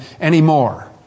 anymore